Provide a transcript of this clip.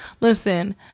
listen